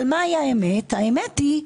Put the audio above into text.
אבל האמת היא,